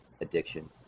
addiction